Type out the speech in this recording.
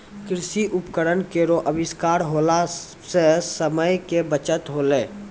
कृषि उपकरण केरो आविष्कार होला सें समय के बचत होलै